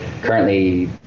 currently